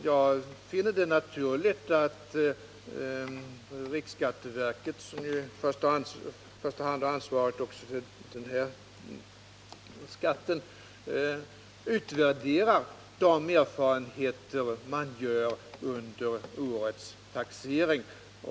Jag finner det naturligt att riksskatteverket, som ju i första hand har ansvaret också för den här skatten, utvärderar de erfarenheter man gör under årets taxering.